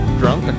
drunk